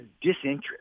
disinterest